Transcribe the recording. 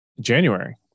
January